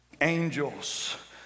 Angels